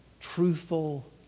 truthful